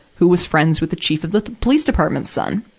who was friends with the chief of the police department's son.